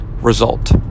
result